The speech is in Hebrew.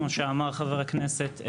כמו שאמר חבר הכנסת,